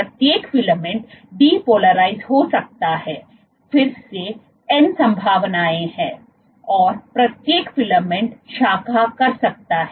प्रत्येक फिलामेंट डिपोलाइज हो सकता है फिर से एन संभावनाएं हैं और प्रत्येक फिलामेंट शाखा कर सकता है